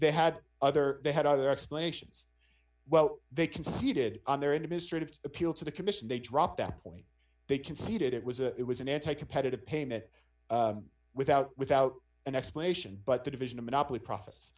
had other they had other explanations well they conceded on their end of history to appeal to the commission they dropped that point they conceded it was a it was an anti competitive payment without without an explanation but the division of monopoly profits